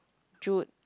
Jood